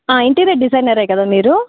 interior డిజైనరే కదా మీరు